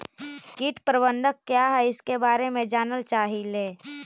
कीट प्रबनदक क्या है ईसके बारे मे जनल चाहेली?